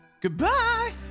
Goodbye